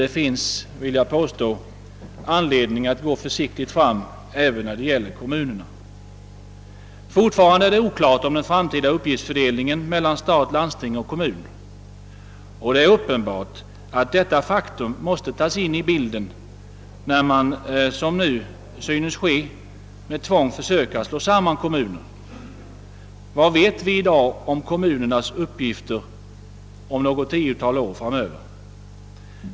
Det finns anledning att gå försiktigt fram även när det gäller kommunerna. Fortfarande är det oklart om den framtida uppgiftsfördelningen mellan stat, landsting och kommun, och det är uppenbart att detta faktum måste tas: in. i bilden när man, som nu SsSynes ske, försöker att med tvång slå samman kommuner. Vad vet vi i dag om kommunernas uppgifter om ett tiotal år?